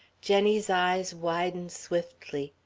jenny's eyes widened swiftly.